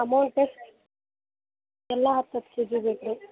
amount ಎಷ್ಟು ಎಲ್ಲ ಹತ್ತು ಹತ್ತು ಕೆ ಜಿ ಬೇಕು ರೀ